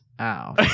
ow